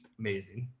amazing.